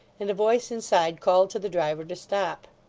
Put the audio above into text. and a voice inside called to the driver to stop.